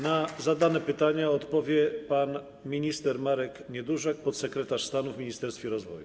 Na zadane pytania odpowie pan minister Marek Niedużak, podsekretarz stanu w Ministerstwie Rozwoju.